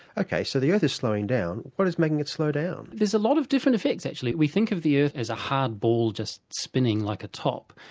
okay, so the earth is slowing down. what is making it slow down? there's a lot of different effects actually. we think of the earth as a hard ball just spinning like a top,